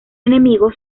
enemigo